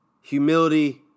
humility